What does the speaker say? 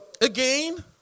Again